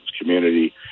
community